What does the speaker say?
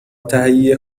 تهیه